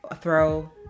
throw